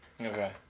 Okay